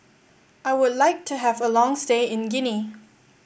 I would like to have a long stay in Guinea